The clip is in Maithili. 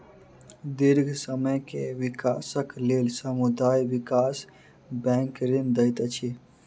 दीर्घ समय के विकासक लेल समुदाय विकास बैंक ऋण दैत अछि